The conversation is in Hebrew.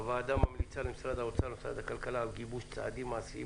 הוועדה ממליצה למשרד האוצר ולמשרד הכלכלה לגבש צעדים מעשיים